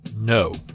No